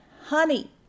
honey